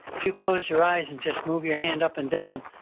if you close your eyes and just move your hand up and down,